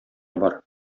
бар